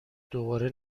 دوباره